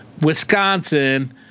Wisconsin